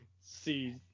see